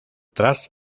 tras